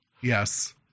yes